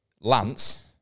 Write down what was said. Lance